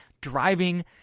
driving